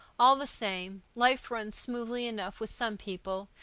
all the same, life runs smoothly enough with some people,